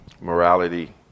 morality